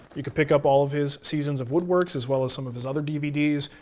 you can pick up all of his seasons of wood works, as well as some of his other dvds.